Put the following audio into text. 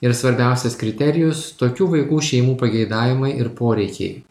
ir svarbiausias kriterijus tokių vaikų šeimų pageidavimai ir poreikiai